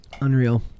Unreal